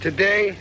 Today